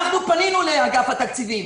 פנינו לאגף התקציבים